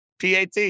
PAT